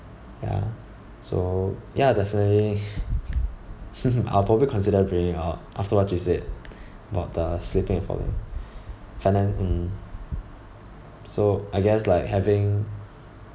ya so ya definitely I'll probably consider bringing out after what you said about the slipping and falling finan~ mm so I guess like having